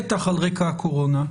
בטח על רקע הקורונה,